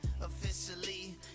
Officially